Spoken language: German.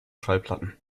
schallplatten